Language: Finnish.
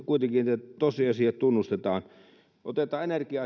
kuitenkin että tosiasiat tunnustetaan otetaan energia